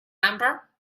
number